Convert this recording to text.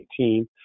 2018